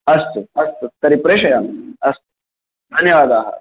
अस्तु अस्तु तर्हि प्रेषयामि अस्तु धन्यवादाः